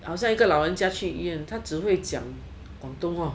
好像一个老人家去医院他只会讲广东话